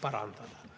parandada.